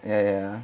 ya ya